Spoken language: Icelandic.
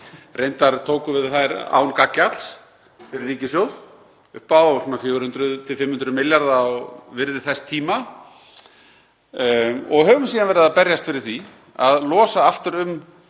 Reyndar tókum við þær án gagngjalds fyrir ríkissjóð upp á svona 400–500 milljarða á virði þess tíma og höfum síðan verið að berjast fyrir því að losa aftur um